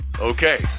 Okay